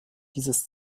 dieses